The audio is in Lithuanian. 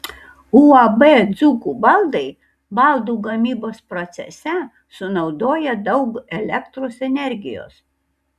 uab dzūkų baldai baldų gamybos procese sunaudoja daug elektros energijos